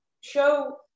show